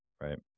Right